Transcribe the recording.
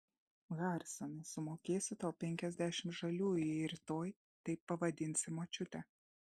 harisonai sumokėsiu tau penkiasdešimt žaliųjų jei rytoj taip pavadinsi močiutę